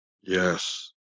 yes